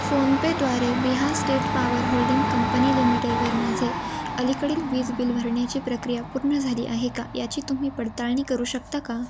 फोनपेद्वारे Bihar state power holding company लिमिटेडवर माझे अलीकडील वीज बिल भरण्याची प्रक्रिया पूर्ण झाली आहे का याची तुम्ही पडताळणी करू शकता का